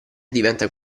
diventa